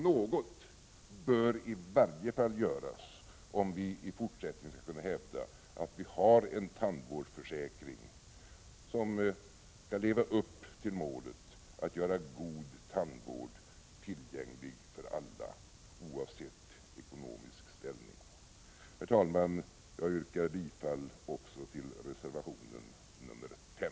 Något bör i varje fall göras om vi i fortsättningen skall kunna hävda att vi har en tandvårdsförsäkring som skall leva upp till målet att göra god tandvård tillgänglig för alla oavsett ekonomisk ställning. Herr talman! Jag yrkar bifall också till reservation 5.